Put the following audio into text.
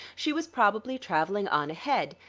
she was probably traveling on ahead,